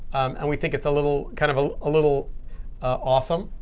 and we think it's a little kind of ah ah little awesome.